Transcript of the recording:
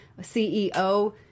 CEO